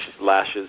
lashes